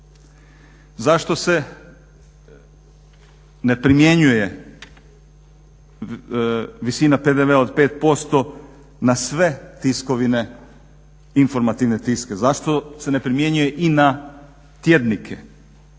Zašto se ne primjenjuje visina PDV-a od 5% na sve tiskovine, informativne tiske? Zašto se ne primjenjuje i na tjednike?